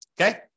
Okay